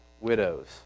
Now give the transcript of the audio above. widows